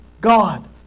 God